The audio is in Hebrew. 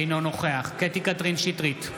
אינו נוכח קטי קטרין שטרית,